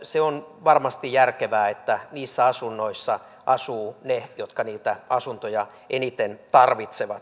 se on varmasti järkevää että niissä asunnoissa asuvat ne jotka niitä asuntoja eniten tarvitsevat